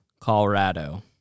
Colorado